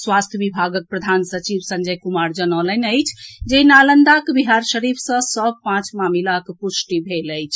स्वास्थ्य विभागक प्रधान सचिव संजय कुमार जनौलनि अछि जे नालंदाक बिहारशरीफ सँ सभ पांच मामिलाक प्रष्टि भेल अछि